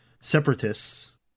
Separatists